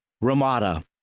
Ramada